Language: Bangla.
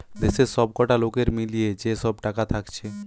দেশের সবকটা লোকের মিলিয়ে যে সব টাকা থাকছে